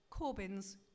Corbyn's